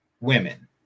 women